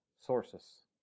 sources